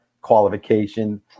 qualification